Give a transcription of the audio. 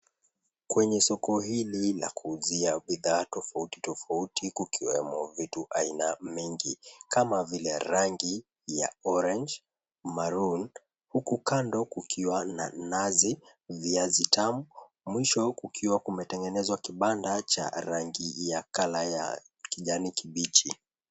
Kwenye soko hili la kuuzia bidhaa tofauti tofauti kukiwemo vitu aina mingi, kama vile rangi ya orange, maroon . Huku kando kukiwa na nazi, viazi tamu. Mwisho kukiwa kumetengenezwa kibanda cha rangi ya colour ya kijani kibichi.